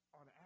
on